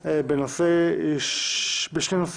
והוועדה לעיון בעונש (הוראת שעה נגיף הקורונה החדש),